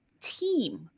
team